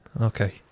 Okay